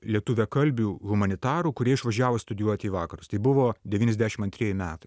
lietuviakalbių humanitarų kurie išvažiavo studijuoti į vakarus tai buvo devyniasdešim antrieji metai